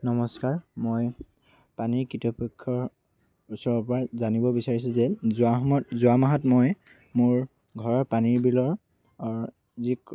নমস্কাৰ মই পানীৰ কৃতপক্ষৰ ওচৰৰপৰা জানিব বিচাৰিছোঁ যে যোৱা সময়ত যোৱা মাহত মই মোৰ ঘৰৰ পানীৰ বিলৰ যি